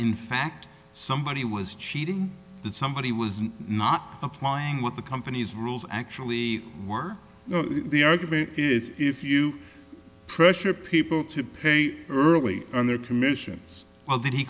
in fact somebody was cheating that somebody was not applying what the company's rules actually were the argument is if you pressure people to pay early and their commissions well did he